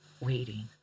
waiting